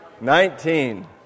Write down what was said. nineteen